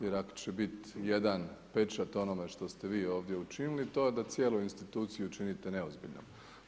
Jer ako će biti jedan pečat onome što ste vi ovdje učinili to je da cijelu instituciju činite neozbiljnom.